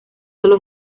solo